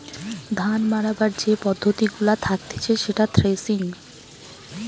ধান মাড়াবার যে পদ্ধতি গুলা থাকতিছে সেটা থ্রেসিং